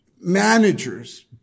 managers